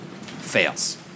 Fails